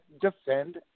defend